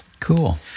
Cool